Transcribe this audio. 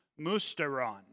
musteron